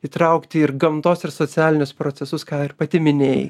įtraukti ir gamtos ir socialinius procesus ką ir pati minėjai